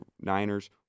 Niners